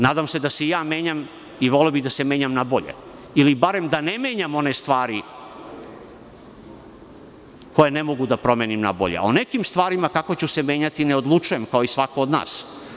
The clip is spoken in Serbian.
Nadam se da se i ja menjam i voleo bih da se menjam na bolje ili bar da ne menjam one stvari koje ne mogu da promenim na bolje, a o nekim stvarima kako ću se menjati ne odlučujem, kao i svako od nas.